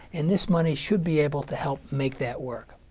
and this money should be able to help make that work.